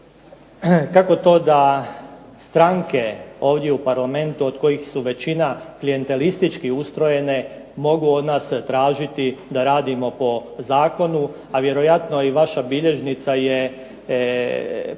Kako to da stranke ovdje u Parlamentu od kojih su većina klijentelistički ustrojene mogu od nas tražiti da radimo po zakonu, a vjerojatno i vaša bilježnica je prepuna